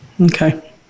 okay